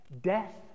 death